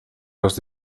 los